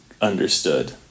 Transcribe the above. understood